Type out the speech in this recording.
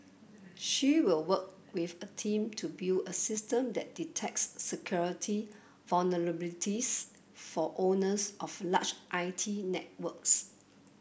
she will work with a team to build a system that detects security vulnerabilities for owners of large I T networks